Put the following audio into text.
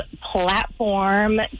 platform